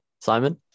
Simon